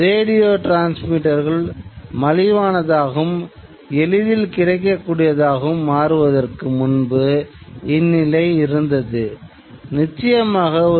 அதேசமயம் செயற்கைக்கோள் ஒளிப்பரப்பையும் நிலப்பரப்பு ஒளிபரப்பையும் இணைத்து தேசிய நிகழ்ச்சிகளுடன் தேசிய ஒளிபரப்பு சாத்தியமாகும்